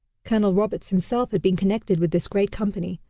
colonel roberts himself had been connected with this great company,